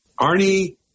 Arnie